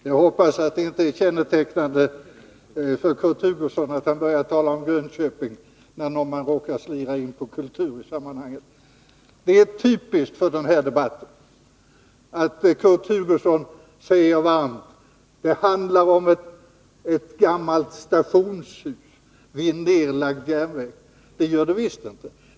Herr talman! Jag hoppas att det inte är kännetecknande för Kurt Hugosson att han börjar tala om Grönköping när man råkar komma in på kultur. Det är typiskt för den här debatten att Kurt Hugosson med eftertryck säger att det handlar om ett gammalt stationshus vid en nedlagd järnväg. Det gör det visst inte!